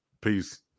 Peace